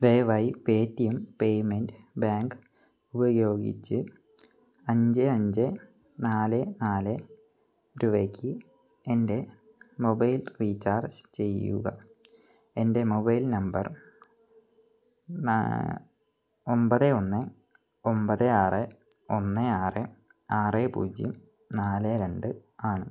ദയവായി Paytm payment bank ഉപയോഗിച്ച് അഞ്ച് അഞ്ച് നാല് നാല് രൂപയ്ക്ക് എൻ്റെ മൊബൈൽ റീചാർജ് ചെയ്യുക എൻ്റെ മൊബൈൽ നമ്പർ ഒമ്പത് ഒന്ന് ഒമ്പത് ആറ് ഒന്ന് ആറ് ആറ് പൂജ്യം നാല് രണ്ട് ആണ്